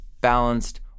balanced